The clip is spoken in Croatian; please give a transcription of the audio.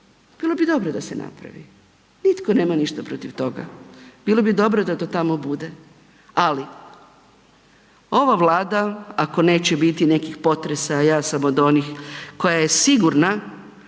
Bilo bi dobro da se napravi, nitko nema ništa protiv toga. Bilo bi dobro da to tamo bude ali ova Vlada ako neće biti nekih potreba a ja sam od onih koja je sigurna